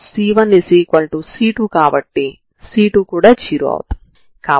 కాబట్టి సమాంతరంగా మీరు x0ct00 ని చూసినట్లయితే మీరు ఈ లైన్ ξ ని ఇస్తారు సరేనా